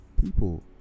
people